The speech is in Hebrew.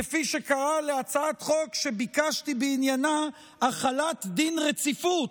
כפי שקרה להצעת חוק שביקשתי בעניינה החלת דין רציפות,